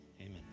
amen